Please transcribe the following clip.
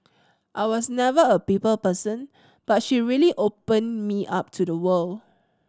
I was never a people person but she really opened me up to the world